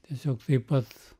tiesiog taip pat